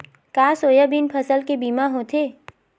का सोयाबीन फसल के बीमा होथे?